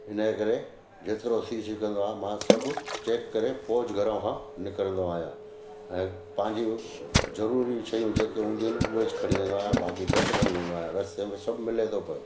इन जे करे जेतिरो थी सघंदो आहे मां सभु चेक करे पोइ घर खां निकिरंदो आहियां ऐं पंहिंजियूं ज़रूरी शयूं जेके हूंदियूं इन उहे खणी वेंदो आहियां बाक़ी घटि खणी वेंदो आहियां रस्ते में सभु मिले थो पियो